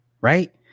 Right